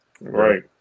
Right